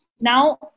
Now